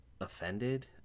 offended